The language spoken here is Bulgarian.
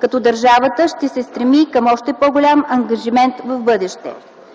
като държавата ще се стреми към още по-голям ангажимент в бъдеще.